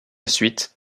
suite